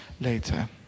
later